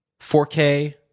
4K